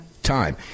Time